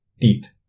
teeth